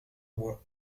bois